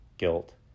guilt